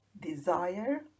Desire